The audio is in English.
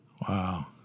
Wow